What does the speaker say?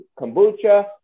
kombucha